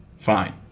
fine